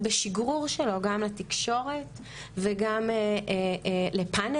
בשגרור שלו גם לתקשורת וגם לפאנלים.